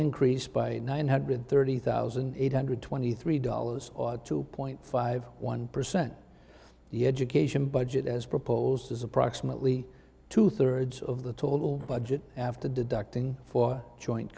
increase by nine hundred thirty thousand eight hundred twenty three dollars or two point five one percent the education budget as proposed is approximately two thirds of the total budget after deducting for joint